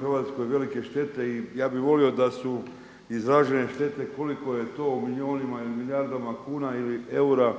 Hrvatskoj velike štete i ja bih volio da su izražene štete koliko je to u milijunima ili milijardama kuna ili eura